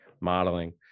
modeling